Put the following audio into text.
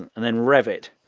and then rev it.